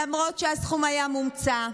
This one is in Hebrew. למרות שהסכום היה מומצא.